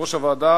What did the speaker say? ליושב-ראש הוועדה,